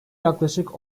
yaklaşık